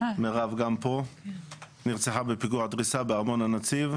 שנרצחה בפיגוע דריסה בארמון הנציב.